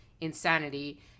insanity